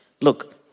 look